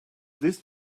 this